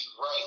right